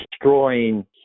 destroying